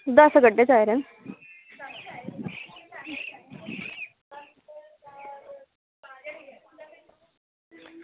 दस्स गड्डे चाहिदे